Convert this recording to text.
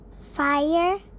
Fire